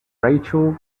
rachel